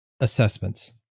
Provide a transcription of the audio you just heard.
assessments